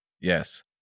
Yes